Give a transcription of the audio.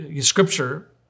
Scripture